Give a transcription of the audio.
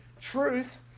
truth